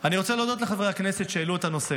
אני רוצה להודות לחברי הכנסת שהעלו את הנושא.